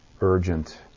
urgent